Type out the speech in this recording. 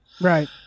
Right